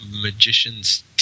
magicians